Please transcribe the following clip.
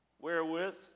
wherewith